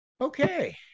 Okay